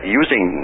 using